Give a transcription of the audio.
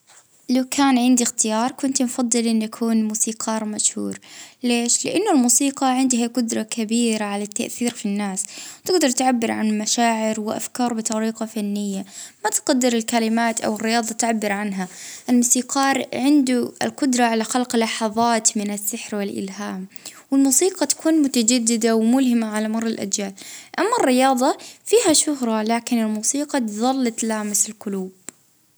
اه نختار ان هانكون موسيقار، لأن الفن خالد.